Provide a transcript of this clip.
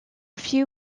few